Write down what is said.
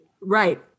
right